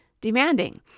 demanding